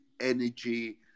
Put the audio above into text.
energy